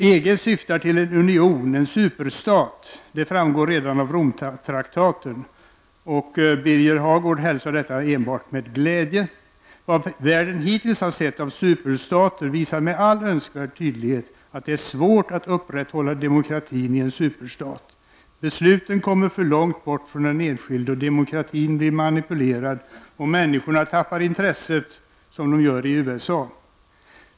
EG syftar till en union, en superstat; det framfår redan av Romtraktaten. Birger Hagård hälsar detta enbart med glädje. Vad världen hittills har sett av superstater visar med all önskvärd tydlighet att det är svårt att upprätthålla demokratin i en superstat. Besluten kommer för långt bort från den enskilde, demokratin blir manipulerad och människor tappar intresset, som de gör i USA.